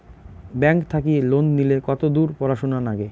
Bank থাকি loan নিলে কতদূর পড়াশুনা নাগে?